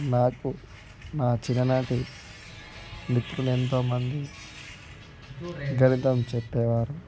నాకు నా చిన్ననాటి మిత్రులు ఎంతోమంది గణితం చెప్పేవారు